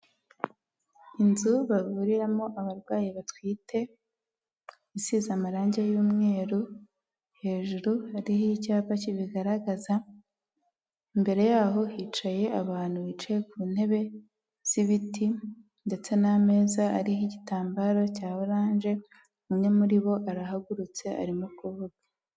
Inzu bavuriramo abarwayi batwite isize amarangi y'umweru hejuru hariho icyapa kibigaragaza, imbere yaho hicaye abantu bicaye ku ntebe z'ibiti ndetse n'ameza ariho igitambaro cya oranje, umwe muri bo arahagurutse arimo kuvuga.